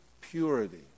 purity